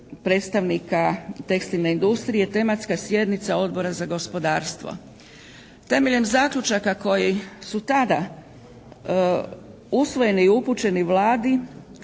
predstavnika tekstilne industrije tematska sjednica Odbora za gospodarstvo. Temeljem zaključaka koji su tada usvojeni i upućeni Vladi